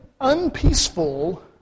unpeaceful